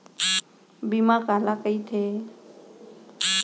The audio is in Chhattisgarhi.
बीमा काला कइथे?